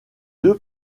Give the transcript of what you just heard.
deux